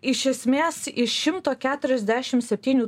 iš esmės iš šimto keturiasdešim septynių